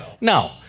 No